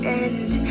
end